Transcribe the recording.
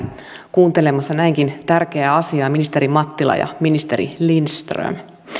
kuuntelemassa näinkin tärkeää asiaa ministeri mattila ja ministeri lindström